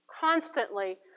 Constantly